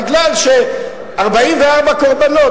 בגלל 44 קורבנות.